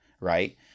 right